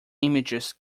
images